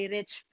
Rich